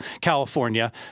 California